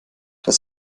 das